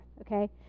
Okay